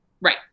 Right